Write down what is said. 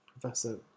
Professor